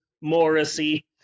Morrissey